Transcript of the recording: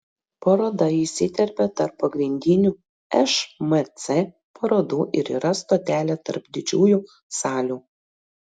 paroda įsiterpia tarp pagrindinių šmc parodų ir yra stotelė tarp didžiųjų salių